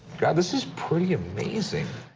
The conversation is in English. god, this is pretty amazing.